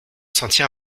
sentir